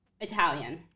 Italian